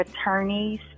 attorneys